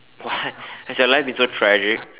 what has your life been so tragic